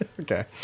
Okay